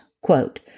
Quote